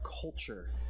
culture